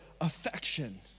affection